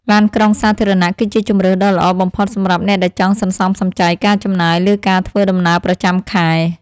ឡានក្រុងសាធារណៈគឺជាជម្រើសដ៏ល្អបំផុតសម្រាប់អ្នកដែលចង់សន្សំសំចៃការចំណាយលើការធ្វើដំណើរប្រចាំខែ។